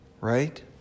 Right